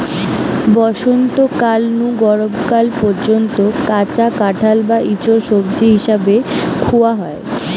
বসন্তকাল নু গরম কাল পর্যন্ত কাঁচা কাঁঠাল বা ইচোড় সবজি হিসাবে খুয়া হয়